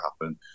happen